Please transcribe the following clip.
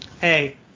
hey